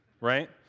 right